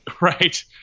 right